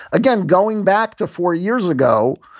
again, going back to four years ago,